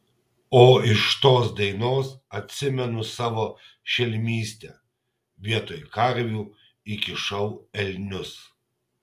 o iš tos dainos atsimenu savo šelmystę vietoj karvių įkišau elnius